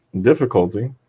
Difficulty